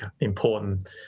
important